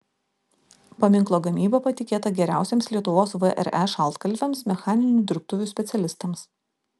paminklo gamyba patikėta geriausiems lietuvos vre šaltkalviams mechaninių dirbtuvių specialistams